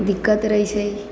दिक्कत रहै छै